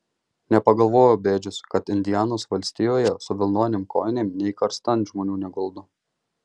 nepagalvojo bėdžius kad indianos valstijoje su vilnonėm kojinėm nė karstan žmonių neguldo